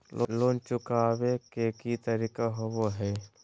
Loan चुकाबे के की तरीका होबो हइ?